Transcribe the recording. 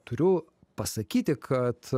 turiu pasakyti kad